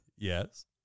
yes